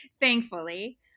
thankfully